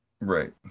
right